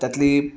त्यातली